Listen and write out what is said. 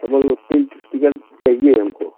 hello तीन ticket चाहिए हमको